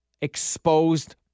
exposed